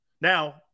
Now